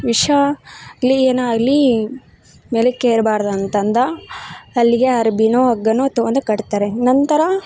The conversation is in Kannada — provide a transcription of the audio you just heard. ವಿಷ ಕ್ಲೀನಾಗಲಿ ಮೇಲಕ್ಕೆ ಏರಬಾರ್ದಂತಂದ ಅಲ್ಲಿಗೆ ಅರ್ಬಿನೋ ಹಗ್ಗನೋ ತೊಗೊಂದು ಕಟ್ತಾರೆ ನಂತರ